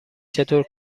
چطور